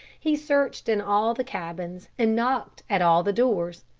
he searched in all the cabins, and knocked at all the doors.